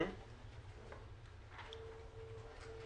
אני מאמין ויודע זאת.